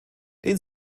den